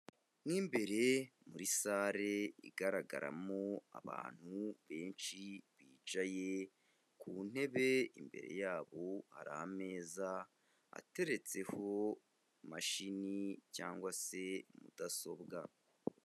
Mw'imbere muri sale igaragaramo abantu benshi bicaye ku ntebe, imbere yabo hari ameza ateretse imashini cyangwa se mudasobwa.